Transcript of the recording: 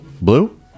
Blue